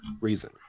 reason